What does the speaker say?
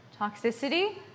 toxicity